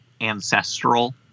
Ancestral